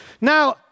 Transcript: Now